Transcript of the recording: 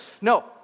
No